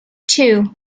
two